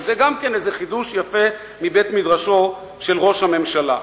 שזה גם כן איזה חידוש יפה מבית-מדרשו של ראש הממשלה.